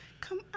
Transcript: come